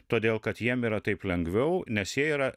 todėl kad jiem yra taip lengviau nes jie yra